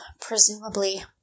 presumably